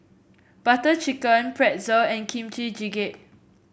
Butter Chicken Pretzel and Kimchi Jjigae